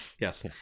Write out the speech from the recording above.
Yes